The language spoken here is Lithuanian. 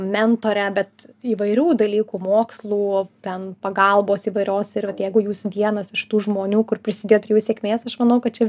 mentorę bet įvairių dalykų mokslų ten pagalbos įvairios ir vat jeigu jūs vienas iš tų žmonių kur prisidėjo prie jų sėkmės aš manau kad čia